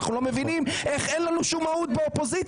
ואנחנו לא מבינים איך אין לנו שום מהות באופוזיציה.